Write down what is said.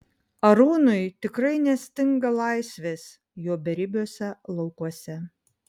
arūnui tikrai nestinga laisvės jo beribiuose laukuose